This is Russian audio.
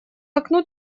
окну